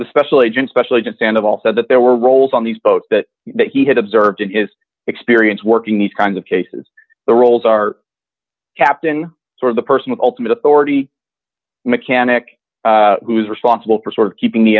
the special agent special agent and of all said that there were roles on these boats that he had observed in his experience working these kinds of cases the rules are captain sort of the personal ultimate authority mechanic who's responsible for sort of keeping the